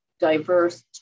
diverse